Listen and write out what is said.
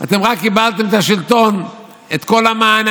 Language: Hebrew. אתם רק קיבלתם את השלטון, את כל המנעמים,